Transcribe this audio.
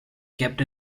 kept